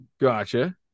Gotcha